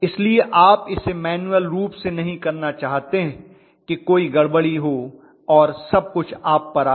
इसलिए आप इसे मैन्युअल रूप से नहीं करना चाहते कि कोई गड़बड़ी हो और सबकुछ आप पर आए